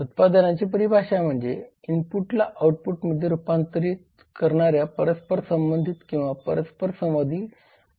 उत्पादनाची परिभाषा म्हणजे इनपुटला आउटपुट मध्ये रुपांतरीत करणाऱ्या परस्पर संबंधित किंवा परस्परसंवादी कार्यांच्या संचाचा परिणाम होय